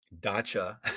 dacha